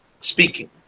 speaking